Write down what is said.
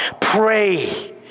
pray